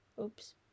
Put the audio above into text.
Oops